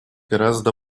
гораздо